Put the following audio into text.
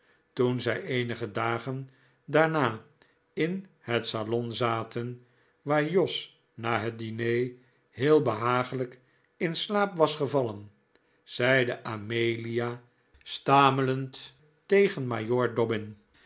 toen zij eenige dagen daarna in het salon zaten waar jos na het diner heel behagelijk in slaap was gevallen zeide amelia stamelend tegen